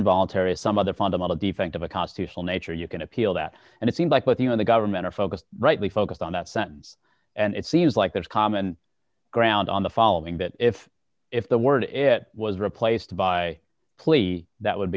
involuntary or some other fundamental defect of a constitutional nature you can appeal that and it seemed like within the government are focused rightly focused on that sentence and it seems like there's common ground on the following that if if the word it was replaced by a plea that would